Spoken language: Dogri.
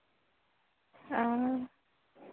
हां